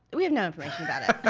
we have no information about it.